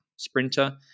sprinter